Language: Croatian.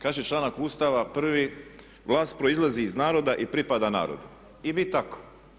Kaže članak Ustava prvi:"Vlast proizlazi iz naroda i pripada narodu." i bi tako.